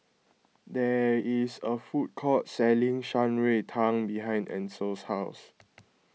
there is a food court selling Shan Rui Tang behind Ancil's house